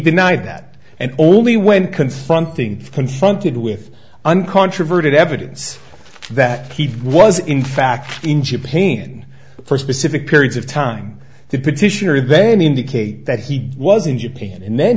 denied that and only when confronting confronted with uncontroverted evidence that he was in fact pain for specific periods of time the petitioner then indicate that he was in japan and then